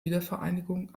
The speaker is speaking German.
wiedervereinigung